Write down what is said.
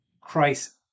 Christ